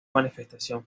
manifestación